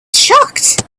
shocked